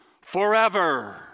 forever